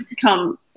come